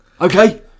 Okay